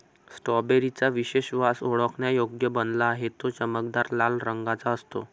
strawberry चा विशेष वास ओळखण्यायोग्य बनला आहे, तो चमकदार लाल रंगाचा असतो